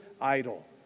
idol